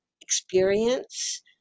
experience